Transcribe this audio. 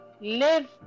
live